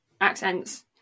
accents